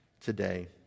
today